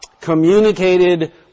communicated